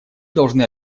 должны